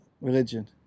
religion